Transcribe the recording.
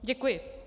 Děkuji.